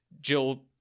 Jill